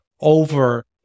over